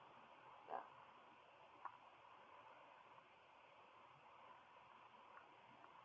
ya